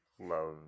Love